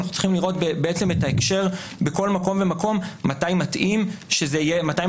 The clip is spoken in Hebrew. אנחנו צריכים לראות את ההקשר בכל מקום ומקום מתי מתאים להתייחס